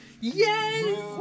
Yes